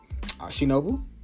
Shinobu